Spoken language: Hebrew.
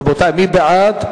רבותי, מי בעד?